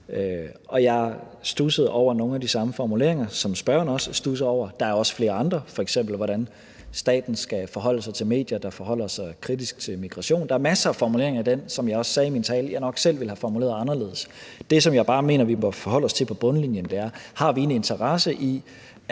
Jeg studsede over nogle af de samme formuleringer, som spørgeren også studser over. Der er også flere andre, f.eks. hvordan staten skal forholde sig til medier, der forholder sig kritisk til migration. Der er masser af formuleringer i den, som jeg også sagde i min tale at jeg nok selv ville have formuleret anderledes. Det, som jeg bare mener vi må forholde os til på bundlinjen, er: Har vi en interesse i,